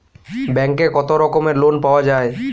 ব্যাঙ্কে কত রকমের লোন পাওয়া য়ায়?